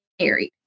married